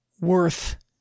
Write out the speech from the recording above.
worth